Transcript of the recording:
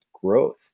growth